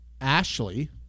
Ashley